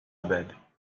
abad